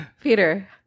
Peter